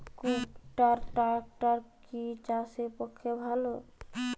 কুবটার ট্রাকটার কি চাষের পক্ষে ভালো?